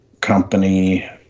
company